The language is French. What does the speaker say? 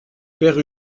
père